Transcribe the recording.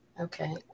okay